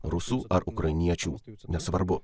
rusų ar ukrainiečių nesvarbu